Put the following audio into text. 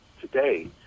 today